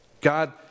God